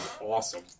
awesome